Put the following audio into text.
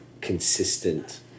consistent